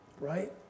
right